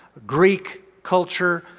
greek culture,